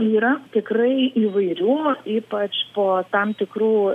yra tikrai įvairių ypač po tam tikrų